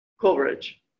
coverage